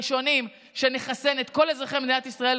הראשונים שנחסן את כל אזרחי מדינת ישראל,